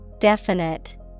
Definite